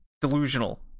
Delusional